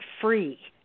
free